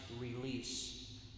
release